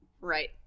Right